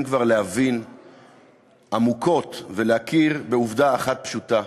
כבר להבין עמוקות ולהכיר בעובדה אחת פשוטה: